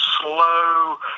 slow